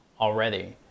already